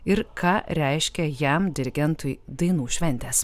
ir ką reiškia jam dirigentui dainų šventės